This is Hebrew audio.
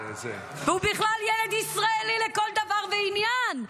והוא בכלל ילד ישראלי לכל דבר ועניין.